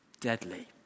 Deadly